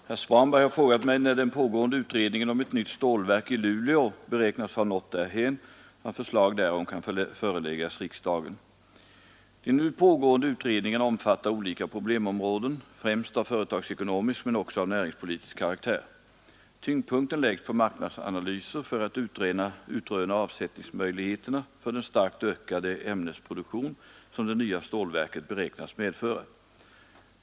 Herr talman! Herr Svanberg har frågat mig när den pågående utredningen om ett nytt stålverk i Luleå beräknas ha nått därhän att förslag därom kan föreläggas riksdagen. De nu pågående utredningarna omfattar olika problemområden, främst av företagsekonomisk men också av näringspolitisk karaktär. Tyngdpunkten läggs på marknadsanalyser för att utröna avsättningsmöjligheterna för den starkt ökade ämnesproduktion som det nya stålverket beräknas medföra.